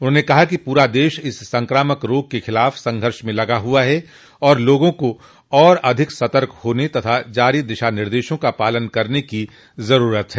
उन्होंने कहा कि पूरा देश इस संक्रामक रोग के खिलाफ संघर्ष में लगा है तथा लोगों को और अधिक सतर्क होने तथा जारी दिशा निर्देशों का पालन करने की जरूरत है